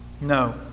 no